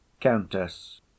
COUNTESS